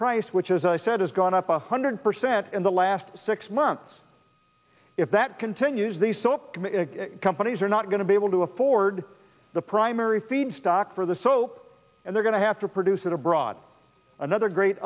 price which as i said has gone up one hundred percent in the last six months if that continues these companies are not going to be able to afford the primary feedstock for the so they're going to have to produce it abroad another great